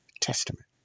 Testament